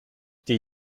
die